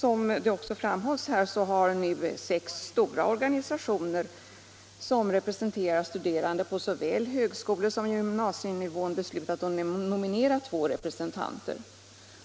Som det också framhålles har nu sex stora organisationer, som representerar studerande på såväl högskolesom gymnasienivå, beslutat nominera två representanter.